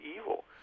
evil